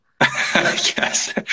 Yes